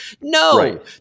No